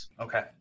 Okay